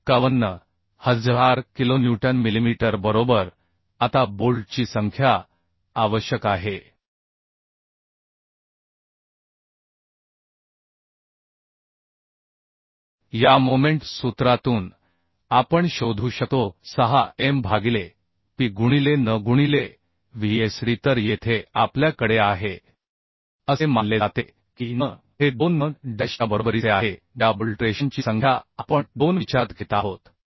तर 51000 kilonewton millimetre बरोबर आता बोल्टची संख्या आवश्यक आहे यामोमेंट सूत्रातून आपण शोधू शकतो 6M भागिले P गुणिले n गुणिले Vsd तर येथे आपल्याकडे आहे असे मानले जाते की n हे 2 n डॅशच्या बरोबरीचे आहे ज्या बोल्ट रेषांची संख्या आपण 2 विचारात घेत आहोत